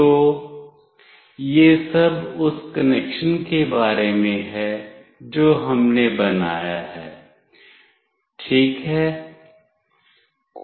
तो यह सब उस कनेक्शन के बारे में है जो हमने बनाया है ठीक है